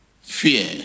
fear